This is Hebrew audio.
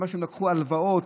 שהן לקחו הלוואות,